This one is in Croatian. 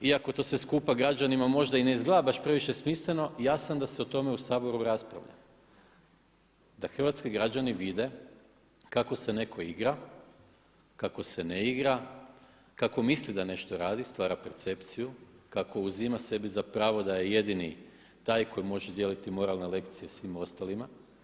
Iako to sve skupa građanima možda i ne izgleda previše smisleno ja sam da se o tome u Saboru raspravlja, da hrvatski građani vide kako se netko igra, kako se ne igra, kako misli da nešto radi, stvara percepciju, kako uzima sebi za pravo da je jedini taj koji može dijeliti moralne lekcije svim ostalima.